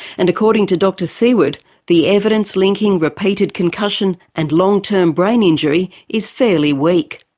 and according to dr seward, the evidence linking repeated concussion and long-term brain injury is fairly weak.